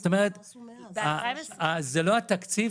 זאת אומרת, זה המיקום